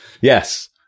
Yes